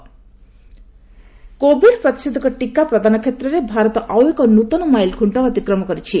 Covid covid ପ୍ରତିଷେଧକ ଟିକା ପ୍ରଦାନ କ୍ଷେତ୍ରରେ ଭାରତ ଆଉ ଏକ ନ୍ତନ ମାଇଲଖୁଣ୍ଟ ଅତିକ୍ରମ କରିଛି